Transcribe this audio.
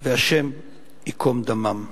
והשם ייקום דמם.